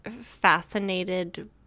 fascinated